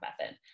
method